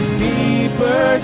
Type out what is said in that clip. deeper